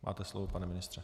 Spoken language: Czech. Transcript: Máte slovo, pane ministře.